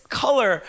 color